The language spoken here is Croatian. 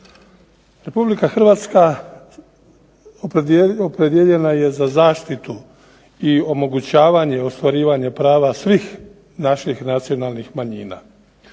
Republike Hrvatska opredijeljena je za zaštitu i omogućavanje ostvarivanja prava svih naših nacionalnih manjina.